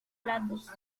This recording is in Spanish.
platos